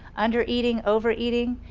under eating, overeating,